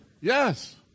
Yes